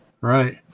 Right